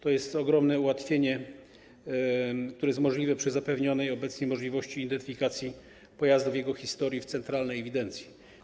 To jest ogromne ułatwienie, które jest możliwe przy zapewnionej obecnie możliwości identyfikacji pojazdu, jego historii w centralnej ewidencji.